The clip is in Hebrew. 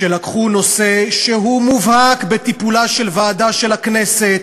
כשלקחו נושא שהוא במובהק בטיפולה של ועדה של הכנסת,